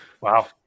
Wow